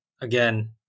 again